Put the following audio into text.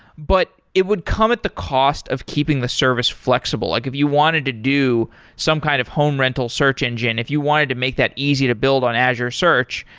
but it would come at the cost of keeping the service flexible. like if you wanted to do some kind of home rental search engine, if you wanted to make that easy to build on azure search,